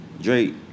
Drake